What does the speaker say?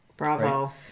bravo